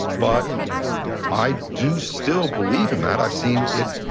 but i do still believe in that. i've seen it.